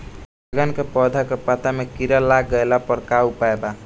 बैगन के पौधा के पत्ता मे कीड़ा लाग गैला पर का उपाय बा?